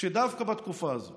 שדווקא בתקופה הזאת